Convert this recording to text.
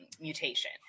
mutation